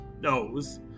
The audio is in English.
knows